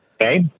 Okay